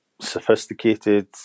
sophisticated